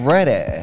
Ready